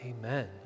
Amen